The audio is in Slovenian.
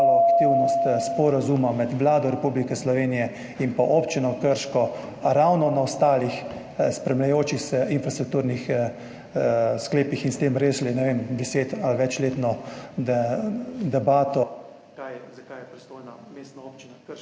aktivnost sporazuma med Vlado Republike Slovenije in občino Krško ravno glede ostalih spremljajočih infrastrukturnih sklepov in s tem rešili deset- ali večletno debato, za kaj je pristojna Mestna občina Krško